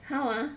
how ah